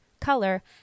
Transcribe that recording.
color